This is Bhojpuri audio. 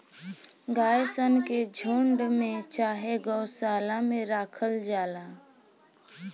गाय सन के झुण्ड में चाहे गौशाला में राखल जाला